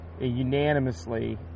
unanimously